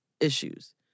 Issues